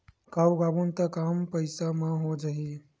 का उगाबोन त कम पईसा म हो जाही?